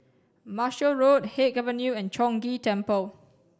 Marshall Road Haig Avenue and Chong Ghee Temple